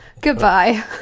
Goodbye